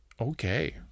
Okay